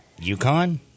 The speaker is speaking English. UConn